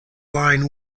line